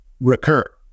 recur